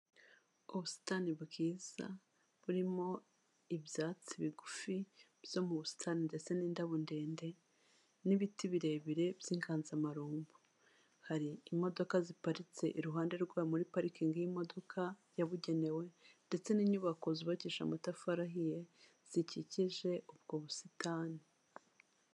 Ubusitani bwiza burimo ibyatsi bigufi byo mu busitani ndetse n'indabo ndende n'ibiti birebire by'inganzamarumbu. Hari imodoka ziparitse iruhande rwayo muri parking y'imodoka yabugenewe, ndetse n'inyubako zubakishije amatafari ahiye, zikikije ubwo busitani.